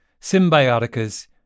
Symbiotica's